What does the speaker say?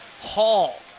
Hall